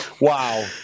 wow